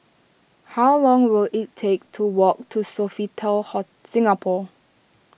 how long will it take to walk to Sofitel Singapore